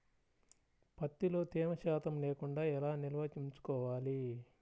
ప్రత్తిలో తేమ శాతం లేకుండా ఎలా నిల్వ ఉంచుకోవాలి?